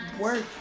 work